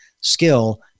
skill